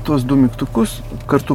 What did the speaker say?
tuos du mygtukus kartu